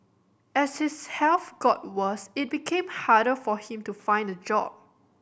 as his health got worse it became harder for him to find a job